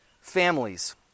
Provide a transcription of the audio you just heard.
families